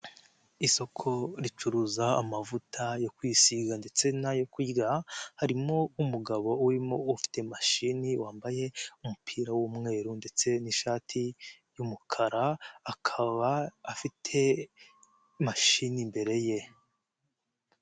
Isoko ricuruza amavuta yo kwisiga ndetse n'ayo kurya, harimo umugabo urimo ufite mashini wambaye umupira w'umweru ndetse n'ishati y'umukara, akaba afite mashini imbere ye.